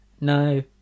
No